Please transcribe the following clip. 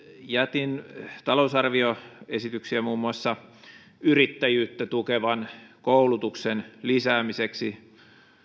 jätin talousarvioesityksiä muun muassa yrittäjyyttä tukevan koulutuksen lisäämiseksi